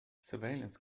surveillance